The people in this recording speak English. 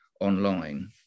online